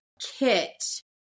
kit